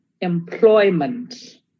employment